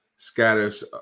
scatters